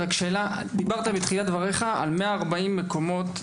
יש לי שאלה: בתחילת דברייך דיברת על 140 מקומות,